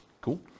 Cool